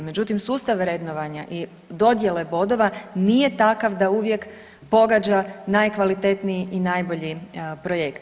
Međutim, sustav vrednovanja i dodjele bodova nije takav da uvijek pogađa najkvalitetniji i najbolji projekt.